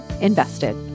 invested